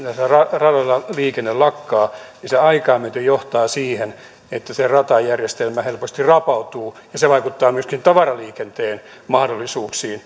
radalla liikenne lakkaa niin se aikaa myöten johtaa siihen että se ratajärjestelmä helposti rapautuu ja se vaikuttaa myöskin tavaraliikenteen mahdollisuuksiin